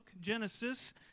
Genesis